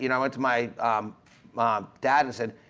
you know went to my um my dad and said,